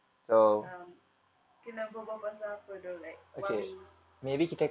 um kena berbual pasal apa though like what we